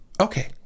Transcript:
okay